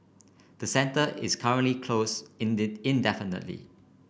the centre is currently closed indefinitely